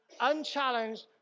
unchallenged